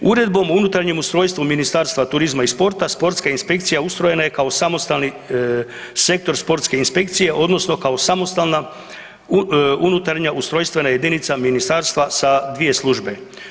Uredbom o unutarnjem ustrojstvu Ministarstva turizma i sporta, sportska inspekcija ustrojena je kao samostalni sektor sportske inspekcije odnosno kao samostalna unutarnja ustrojstvena jedinica Ministarstva sa dvije službe.